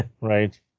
Right